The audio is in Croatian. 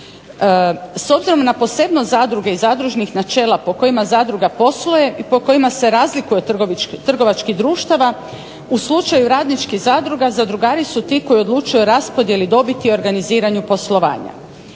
S obzirom na posebnost zadruge i zadružnih načela, po kojima zadruga posluje i po kojima se razlikuje od trgovačkih društava, u slučaju radničkih zadruga zadrugari su ti koji odlučuju o raspodjeli dobiti i organiziranju poslovanja.